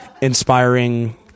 inspiring